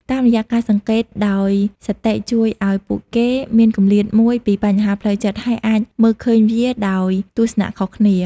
តាមរយៈការសង្កេតដោយ សតិជួយឱ្យពួកគេមានគម្លាតមួយពីបញ្ហាផ្លូវចិត្ត ហើយអាចមើលឃើញវាដោយទស្សនៈខុសគ្នា។